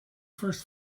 first